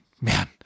Man